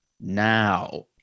now